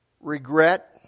Regret